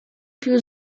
più